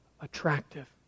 attractive